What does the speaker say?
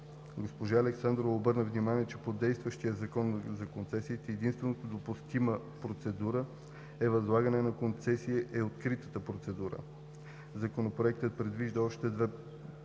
Госпожа Александрова обърна внимание, че по действащия Закон за концесиите единствено допустимата процедура за възлагане на концесия е откритата процедура. Законопроектът предвижда още две процедури